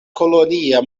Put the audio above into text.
kolonia